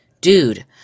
Dude